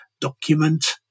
document